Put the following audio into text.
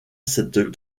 cette